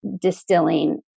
distilling